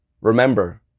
remember